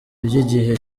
by’igihe